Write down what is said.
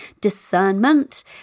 discernment